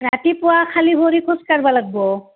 ৰাতিপুৱা খালী ভৰি খোজ কাঢ়িব লাগিব